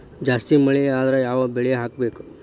ಜಾಸ್ತಿ ಮಳಿ ಆದ್ರ ಯಾವ ಬೆಳಿ ಹಾಕಬೇಕು?